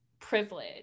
privilege